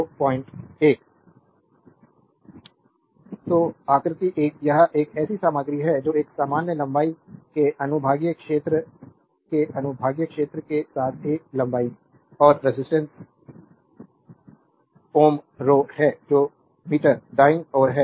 slide time देखें 0341 तो आकृति 1 यह एक ऐसी सामग्री है जो एक समान लंबाई के अनुभागीय क्षेत्र के अनुभागीय क्षेत्र के साथ A लंबाई l और रेजिस्टेंस कता Ω rho है जो मीटर दाईं ओर है